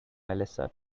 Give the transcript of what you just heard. melissa